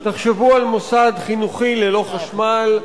תחשבו על מוסד חינוכי ללא חשמל,